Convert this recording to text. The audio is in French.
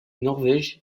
norvège